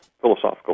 philosophical